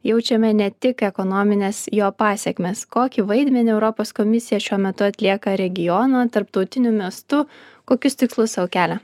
jaučiame ne tik ekonomines jo pasekmes kokį vaidmenį europos komisija šiuo metu atlieka regiono tarptautiniu miestu kokius tikslus sau kelia